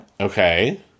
Okay